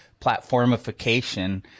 platformification